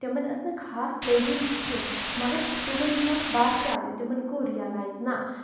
تِمَن ٲس نہٕ خاص تعلیٖم کِہیٖنۍ مگر تِمَن منٛز باسیٛو یہِ تِمَن گوٚو رِیَلایز نہ